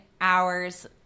hours